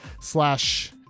slash